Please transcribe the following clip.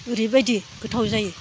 ओरैबायदि गोथाव जायो